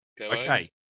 Okay